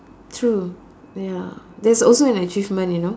true ya that's also an achievement you know